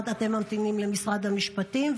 אתם ממתינים למשרד המשפטים,